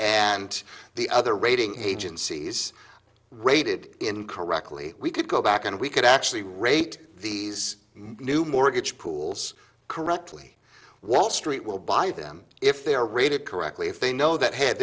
and the other rating agencies rated incorrectly we could go back and we could actually rate these new mortgage pools correctly wall street will buy them if they're rated correctly if they know that had